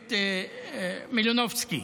הכנסת מלינובסקי.